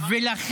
אנחנו